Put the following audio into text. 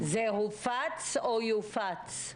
זה הופץ או יופץ?